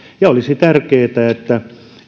ja olisi tärkeätä että